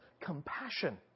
compassion